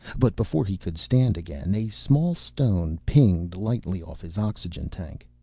but before he could stand again, a small stone pinged lightly off his oxygen tank.